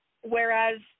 whereas